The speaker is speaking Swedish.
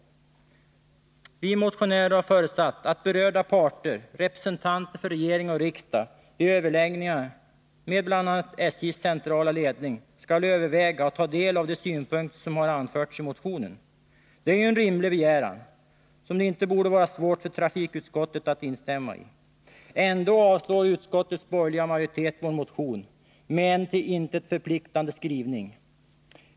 Vi motionärer har förutsatt att berörda parter samt representanter för regering och riksdag vid överläggningar med bl.a. SJ:s centrala ledning skall överväga och ta del av de synpunkter som anförts i motionen. Det är ju en rimlig begäran, som det inte borde vara svårt för trafikutskottet att instämma i. Ändå avstyrker utskottets borgerliga majoritet vår motion med en till intet förpliktande skrivning.